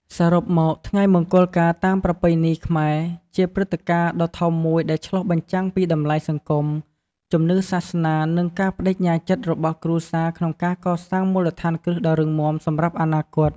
សរុបមក ថ្ងៃមង្គលការតាមប្រពៃណីខ្មែរ ជាព្រឹត្តិការណ៍ដ៏ធំមួយដែលឆ្លុះបញ្ចាំងពីតម្លៃសង្គម ជំនឿសាសនា និងការប្តេជ្ញាចិត្តរបស់គ្រួសារក្នុងការកសាងមូលដ្ឋានគ្រឹះដ៏រឹងមាំសម្រាប់អនាគត។